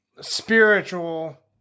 spiritual